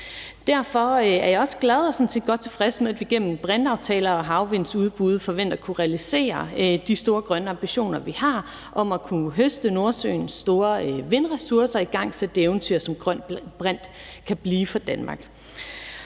Derfor er jeg også glad for og godt tilfreds med, at vi gennem brintaftaler og havvindsudbud forventer at kunne realisere de store grønne ambitioner, vi har, om at kunne høste Nordsøens store vindressourcer og igangsætte det eventyr, som grøn brint kan blive for Danmark.